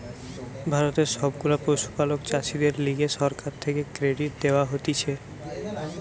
ভারতের সব গুলা পশুপালক চাষীদের লিগে সরকার থেকে ক্রেডিট দেওয়া হতিছে